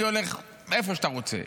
אני הולך לאן שאתה רוצה,